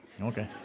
Okay